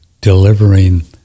delivering